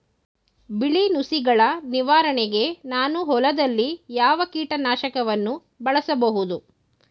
ಬಿಳಿ ನುಸಿಗಳ ನಿವಾರಣೆಗೆ ನಾನು ಹೊಲದಲ್ಲಿ ಯಾವ ಕೀಟ ನಾಶಕವನ್ನು ಬಳಸಬಹುದು?